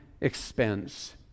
expense